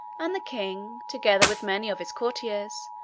and the king, together with many of his courtiers,